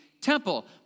temple